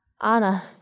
Anna